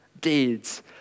deeds